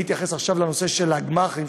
אני אתייחס עכשיו לנושא של הגמ"חים,